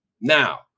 now